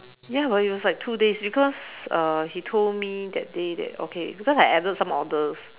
ya but it was like two days because uh he told me that day that okay because I added some orders